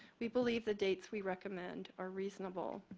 we believe the dates we recommend are reasonable.